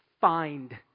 find